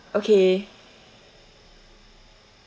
okay